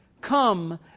come